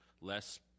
less